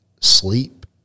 sleep